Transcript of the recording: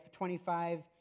25